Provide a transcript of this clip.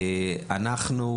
אנחנו,